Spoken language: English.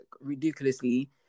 ridiculously